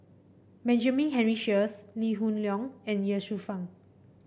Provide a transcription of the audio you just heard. Benjamin Henry Sheares Lee Hoon Leong and Ye Shufang